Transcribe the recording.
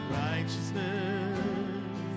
righteousness